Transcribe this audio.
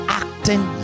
acting